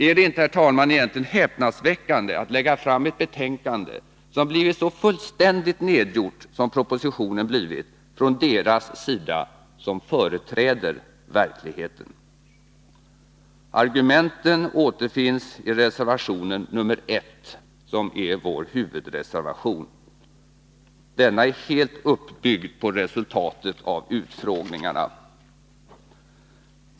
Är det inte, herr talman, egentligen häpnadsväckande att lägga fram ett betänkande med ett förslag som blivit så fullständigt nedgjort som propositionen blivit från deras sida som företräder verkligheten? Argumenten återfinns i reservation nr 1, som är vår huvudreservation. Denna är helt uppbyggd på resultatet av utfrågningarna.